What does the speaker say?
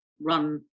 run